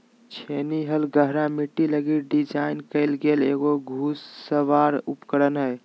छेनी हल गहरा मिट्टी लगी डिज़ाइन कइल गेल एगो घुड़सवार उपकरण हइ